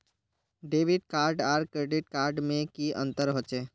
Debit card आर credit card में की अंतर होचे?